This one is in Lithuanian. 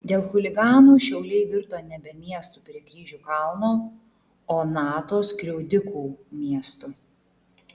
dėl chuliganų šiauliai virto nebe miestu prie kryžių kalno o nato skriaudikų miestu